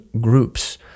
groups